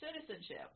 citizenship